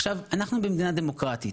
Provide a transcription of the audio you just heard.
עכשיו אנחנו במדינה דמוקרטית,